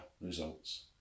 results